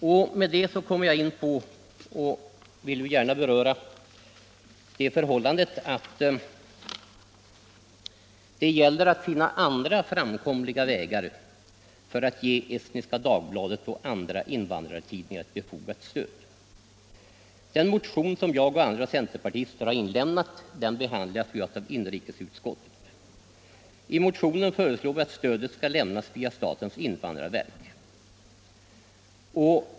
Därmed kommer jag in på ett förhållande som jag gärna vill beröra ytterligare. Det gäller att finna andra framkomliga vägar för att ge Estniska Dagbladet och andra invandrartidningar ett befogat stöd. Den motion i detta syfte som jag och andra centerpartister har inlämnat behandlas av inrikesutskottet. I motionen föreslås att stödet skall lämnas via statens invandrarverk.